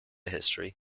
history